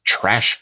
trash